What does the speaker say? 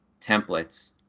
templates